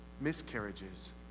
miscarriages